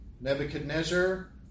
Nebuchadnezzar